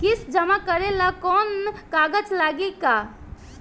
किस्त जमा करे ला कौनो कागज लागी का?